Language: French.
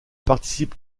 participe